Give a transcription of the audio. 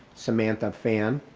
samantha fan,